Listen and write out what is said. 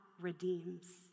redeems